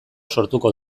sortuko